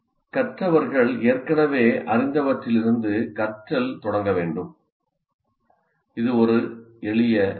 கற்றவர்கள் ஏற்கனவே அறிந்தவற்றிலிருந்து கற்றல் தொடங்க வேண்டும் இது ஒரு எளிய அறிக்கை